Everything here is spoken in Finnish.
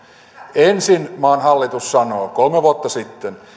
ensin maan hallitus sanoo kolme vuotta sitten